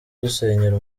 dusenyera